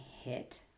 hit